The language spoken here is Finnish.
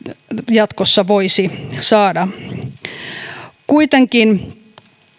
jatkossa voisi saada kuitenkin